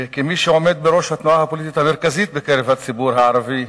וכמי שעומד בראש התנועה הפוליטית המרכזית בקרב הציבור הערבי,